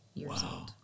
Wow